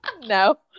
No